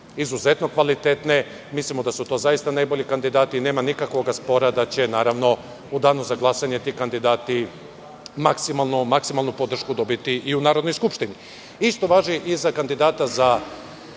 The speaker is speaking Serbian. izuzetno kvalitetne i mislimo da su to zaista najbolji kandidati. Nema nikakvog spora da će u Danu za glasanje ti kandidati dobiti maksimalnu podršku i u Narodnoj skupštini. Isto važi i za kandidata za